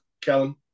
Kellen